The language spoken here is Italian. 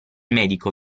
medico